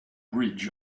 ridge